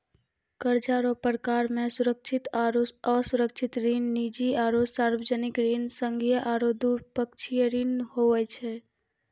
कर्जा रो परकार मे सुरक्षित आरो असुरक्षित ऋण, निजी आरो सार्बजनिक ऋण, संघीय आरू द्विपक्षीय ऋण हुवै छै